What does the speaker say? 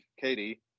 Katie